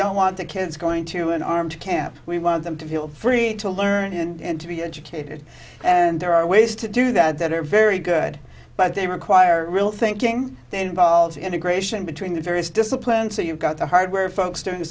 don't want to kids going to an armed camp we want them to feel free to learn and to be educated and there are ways to do that that are very good but they require real thinking and involves integration between the various disciplines so you've got the hardware folks doing